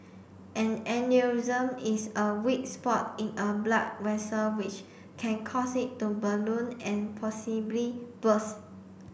an aneurysm is a weak spot in a blood vessel which can cause it to balloon and possibly burst